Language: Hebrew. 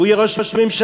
הוא יהיה ראש הממשלה.